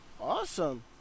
Awesome